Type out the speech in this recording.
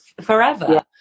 forever